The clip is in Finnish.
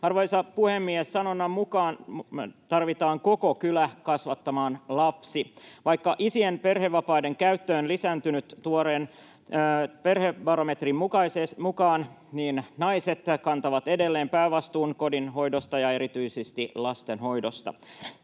Arvoisa puhemies! Sanonnan mukaan tarvitaan koko kylä kasvattamaan lapsi. Vaikka isien perhevapaiden käyttö on lisääntynyt tuoreen perhebarometrin mukaan, niin naiset kantavat edelleen päävastuun kodinhoidosta ja erityisesti lastenhoidosta.